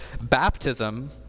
Baptism